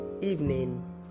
evening